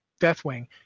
deathwing